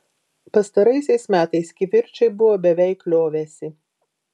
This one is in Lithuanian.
pastaraisiais metais kivirčai buvo beveik liovęsi